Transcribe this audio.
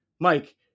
Mike